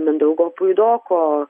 mindaugo puidoko